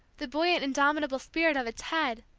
the buoyant indomitable spirit of a ted,